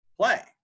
play